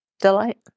Delight